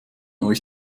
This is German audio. euch